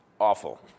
awful